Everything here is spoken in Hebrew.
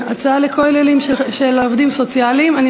הצעה לכוללים של העובדים הסוציאליים, אני